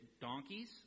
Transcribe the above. donkeys